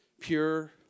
pure